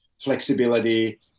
flexibility